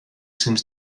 seems